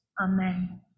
Amen